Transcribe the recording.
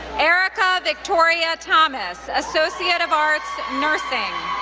erica victoria thomas, associate of arts, nursing.